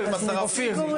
--- אז נציג הורים.